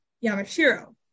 Yamashiro